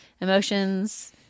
Emotions